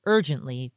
Urgently